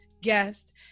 guest